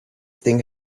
thing